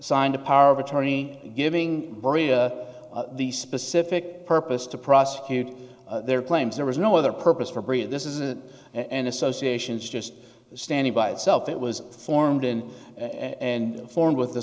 signed a power of attorney giving the specific purpose to prosecute their claims there was no other purpose for bria this isn't an association is just standing by itself it was formed in and formed with